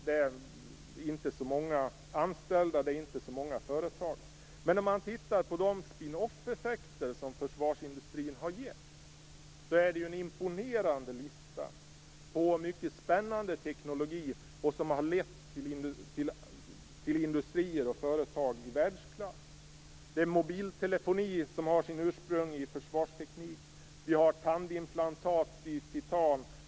Det rör sig inte om så många anställda eller så många företag. Men de spin-offeffekter som försvarsindustrin har gett bildar ändå en imponerande lista på mycket spännande teknologi, som har gett upphov till industrier och företag i världsklass. Det är mobiltelefoni, som har sitt ursprung i försvarsteknik. Vi har tandimplantat i titan.